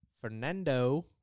Fernando